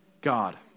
God